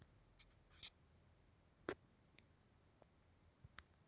ಪಪ್ಪಾಳಿ ಕೃಷಿಗೆ ಸರ್ಕಾರದಿಂದ ಸಹಾಯಧನ ಸಿಗತೈತಿ